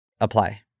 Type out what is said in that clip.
apply